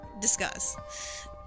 discuss